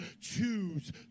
choose